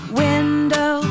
window